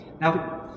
Now